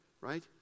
right